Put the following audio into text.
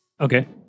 Okay